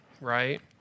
right